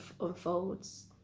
unfolds